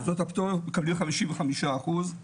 מוסדות הפטור מקבלים 55% .